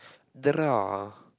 draw